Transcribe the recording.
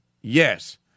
Yes